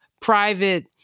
private